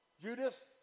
Judas